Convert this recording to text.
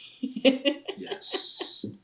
Yes